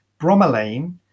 bromelain